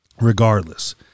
regardless